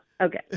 okay